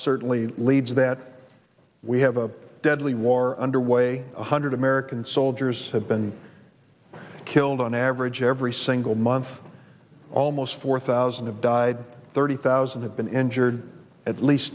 certainly leads that we have a deadly war underway one hundred american soldiers have been killed on average every single month almost four thousand have died thirty thousand have been injured at least